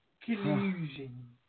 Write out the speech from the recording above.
collusion